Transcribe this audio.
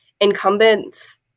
Incumbents